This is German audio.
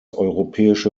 europäische